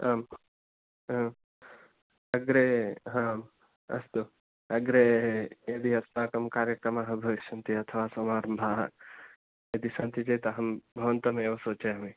आम् अग्रे आम् अस्तु अग्रे यदि अस्माकं कार्यक्रमः भविष्यन्ति अथवा समारम्भाः यदि सन्ति चेत् अहं भवन्तं एव सूचयामि